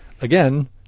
Again